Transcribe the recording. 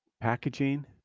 packaging